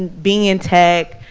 and being in tech,